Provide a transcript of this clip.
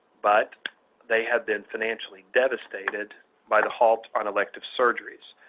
but they have been financially devastated by the halt on elective surgeries,